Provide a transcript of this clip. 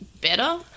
better